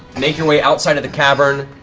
make your way outside of the cavern